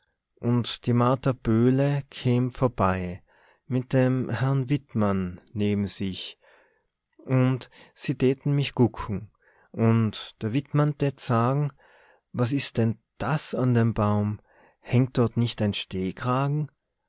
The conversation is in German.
und die martha böhle käm vorbei mit dem herrn wittmann neben sich und se täten mich gucken und der wittmann tät fragen was is denn das an dem baum hängt dort nicht ein